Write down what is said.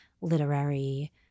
literary